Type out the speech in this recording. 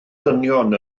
ddynion